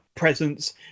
presence